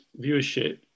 viewership